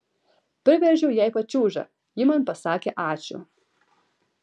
priveržiau jai pačiūžą ji man pasakė ačiū